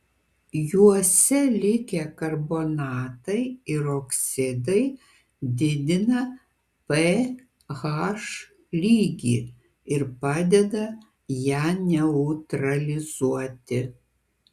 juose likę karbonatai ir oksidai didina ph lygį ir padeda ją neutralizuoti